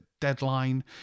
deadline